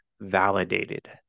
validated